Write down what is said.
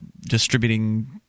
distributing